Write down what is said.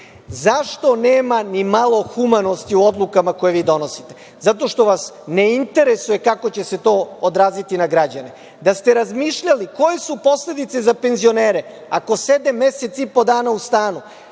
Zašto nema nimalo humanosti u odlukama koje vi donosite? Zato što vas ne interesuje kako će se to odraziti na građane. Da ste razmišljali koje su posledice za penzionere ako sede mesec i po dana u stanu